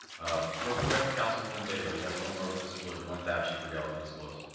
ah real quick, councilwoman bailey, you had one more disclosure, one tab she forgot to disclose.